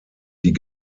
die